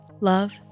love